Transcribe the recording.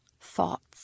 thoughts